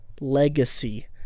legacy